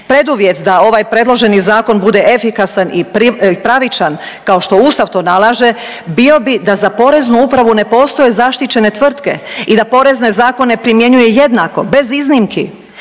Preduvjet da ovaj predloženi zakon bude efikasan i pravičan, kao što ustav to nalaže, bio bi da za poreznu upravu ne postoje zaštićene tvrtke i da porezne zakone primjenjuje jednako bez iznimki.